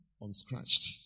Unscratched